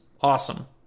Awesome